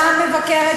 אני מבקש תגובה